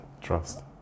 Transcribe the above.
trust